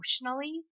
emotionally